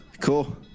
cool